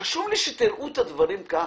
לי שתראו את הדברים כך.